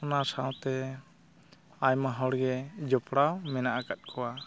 ᱚᱱᱟ ᱥᱟᱶᱛᱮ ᱟᱭᱢᱟ ᱦᱚᱲᱜᱮ ᱡᱚᱯᱲᱟᱣ ᱢᱮᱱᱟᱜ ᱟᱠᱟᱫ ᱠᱚᱣᱟ